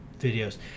videos